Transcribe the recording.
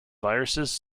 viruses